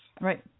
Right